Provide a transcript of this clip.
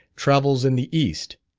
travels in the east,